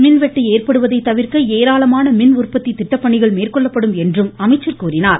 மின்வெட்டு ஏற்படுவதை தவிர்க்க ஏராளமான மின் உற்பத்தி திட்டப்பணிகள் மேற்கொள்ளப்படும் என்றும் அமைச்சர் கூறினார்